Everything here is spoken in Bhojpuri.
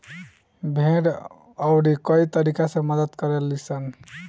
भेड़ अउरी कई तरीका से मदद करे लीसन